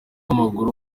w’amaguru